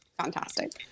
fantastic